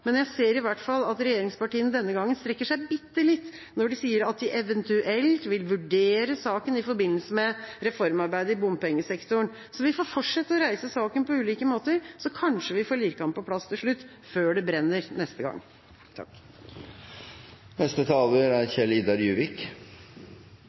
men jeg ser i hvert fall at regjeringspartiene denne gangen strekker seg bitte litt når de sier at de eventuelt vil vurdere saken i forbindelse med reformarbeidet med bompengesektoren. Vi får fortsette å reise saken på ulike måter, så kanskje vi får lirket den på plass til slutt – før det brenner neste gang. Vi har mange tunneler i Norge, og mange av disse er